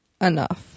enough